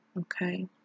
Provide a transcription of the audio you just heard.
okay